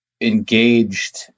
engaged